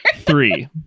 Three